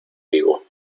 vigo